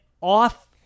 off